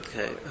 Okay